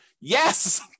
Yes